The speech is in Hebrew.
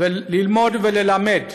ללמוד וללמד